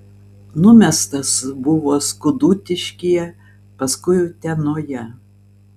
numestas buvo skudutiškyje paskui utenoje